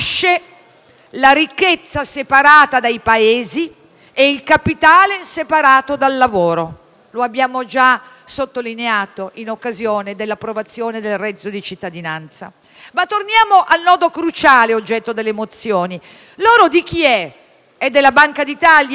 la ricchezza separata dai Paesi e il capitale separato dal lavoro. Lo abbiamo già sottolineato in occasione dell'approvazione del reddito di cittadinanza. Ma torniamo al nodo cruciale oggetto delle mozioni: l'oro di chi è? È della Banca d'Italia?